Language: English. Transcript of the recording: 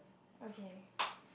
okay